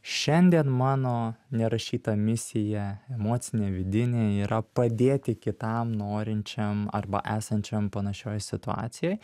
šiandien mano nerašyta misija emocinė vidinė yra padėti kitam norinčiam arba esančiam panašioj situacijoj